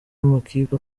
amakipe